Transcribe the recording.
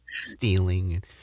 stealing